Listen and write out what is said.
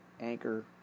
Anchor